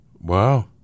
Wow